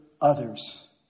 others